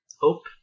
hope